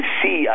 see